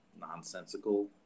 nonsensical